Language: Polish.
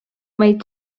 mej